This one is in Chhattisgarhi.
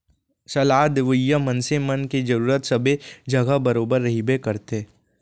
सलाह देवइया मनसे मन के जरुरत सबे जघा बरोबर रहिबे करथे